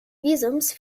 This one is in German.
visums